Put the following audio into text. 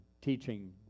teaching